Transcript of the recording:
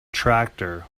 tractor